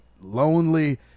lonely